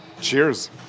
cheers